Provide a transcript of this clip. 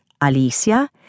Alicia